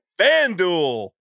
FanDuel